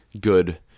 good